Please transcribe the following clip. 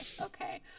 okay